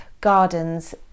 gardens